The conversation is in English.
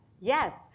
yes